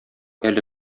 әле